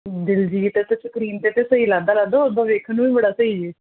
ਦਿਲਜੀਤ ਤਾਂ ਸਕਰੀਨ 'ਤੇ ਤਾਂ ਸਹੀ ਲੱਗਦਾ ਲੱਗਦਾ ਉੱਦਾਂ ਦੇਖਣ ਨੂੰ ਵੀ ਬੜਾ ਸਹੀ ਹੈ